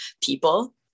people